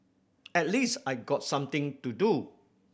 at least I got something to do